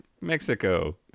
Mexico